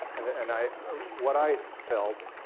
and i what i felt.